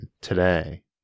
today